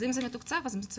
אז אם זה מתוקצב, זה מצוין.